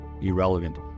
irrelevant